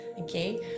okay